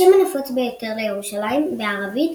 השם הנפוץ ביותר לירושלים בערבית,